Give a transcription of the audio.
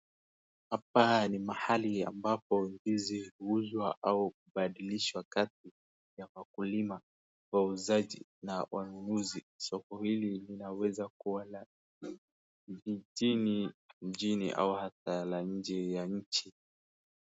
Hapa ni mahali ambapo ndizi huuzwa au kubadilishwa kati ya wakulima, wauzaji na wanunuzi, soko hili linaweza kua la jiijini, mjini, au hata la nje ya nchi.